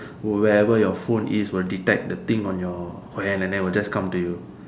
wherever your phone is will detect the thing on your hand and then will just come to you